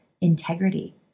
integrity